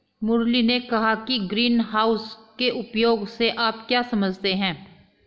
मुरली ने कहा कि ग्रीनहाउस के उपयोग से आप क्या समझते हैं?